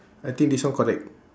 I think this one correct